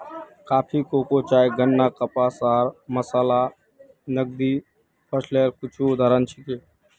coffee, cocoa, चाय, गन्ना, कपास आर मसाला नकदी फसलेर कुछू उदाहरण छिके